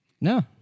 No